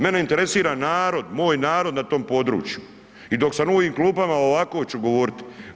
Mene interesira narod, moj narod u tom području i dok sam u ovim klupama ovako ću govoriti.